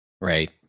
Right